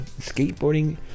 skateboarding